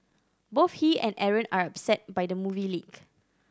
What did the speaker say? both he and Aaron are upset by the movie leak